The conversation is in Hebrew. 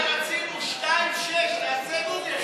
אולי רצינו 2.6%. תעשה גוגל.